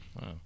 Wow